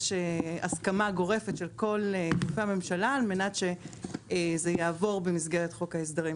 יש הסכמה גורפת של כל גופי הממשלה על מנת שזה יעבור במסגרת חוק ההסדרים.